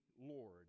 Lord